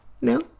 no